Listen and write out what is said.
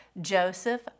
Joseph